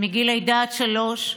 מגיל לידה עד שלוש,